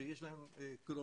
שיש להם קרובים,